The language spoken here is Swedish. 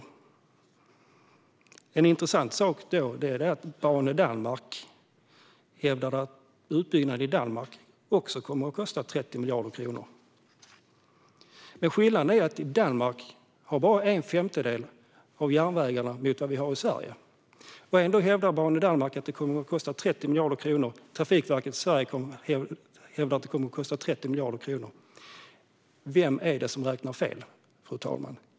Då är det intressant att Banedanmark hävdar att utbyggnaden i Danmark också kommer att kosta 30 miljarder kronor. Men skillnaden är att Danmark har bara en femtedel så mycket järnväg som Sverige. Ändå hävdar Banedanmark att det kommer att kosta 30 miljarder kronor. Och Trafikverket i Sverige hävdar att det kommer att kosta 30 miljarder kronor. Vem är det som räknar fel?